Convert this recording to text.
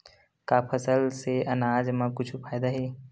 का फसल से आनाज मा कुछु फ़ायदा हे?